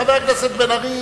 חבר הכנסת בן-ארי,